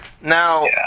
Now